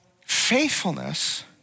faithfulness